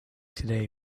today